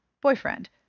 Boyfriend